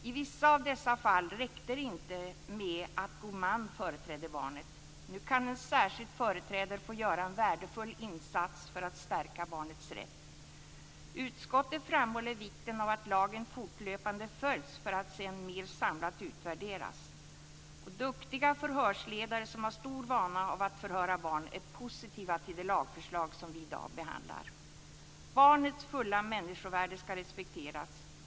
I vissa av dessa fall räckte det inte med att god man företrädde barnet. Nu kan en särskild företrädare få göra en värdefull insats för att stärka barnets rätt. Utskottet framhåller vikten av att lagen fortlöpande följs för att sedan mera samlat utvärderas. Duktiga förhörsledare som har stor vana av att förhöra barn är positiva till det lagförslag som vi i dag behandlar. Barnets fulla människovärde ska respekteras.